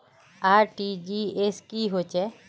RTGS की होचए?